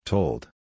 Told